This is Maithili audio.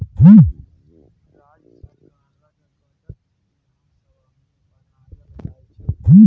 राज्य सरकारक बजट बिधान सभा मे बनाएल जाइ छै